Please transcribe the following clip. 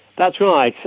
that's right.